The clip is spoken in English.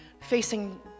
facing